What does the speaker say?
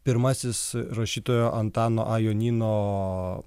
pirmasis rašytojo antano a jonyno